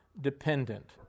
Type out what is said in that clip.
dependent